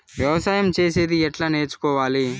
వ్యవసాయం చేసేది ఎట్లా నేర్చుకోవాలి?